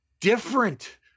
different